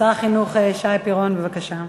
שר החינוך שי פירון, בבקשה.